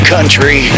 Country